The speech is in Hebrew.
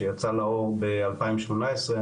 שיצא לאור ב- 2018,